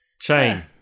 Chain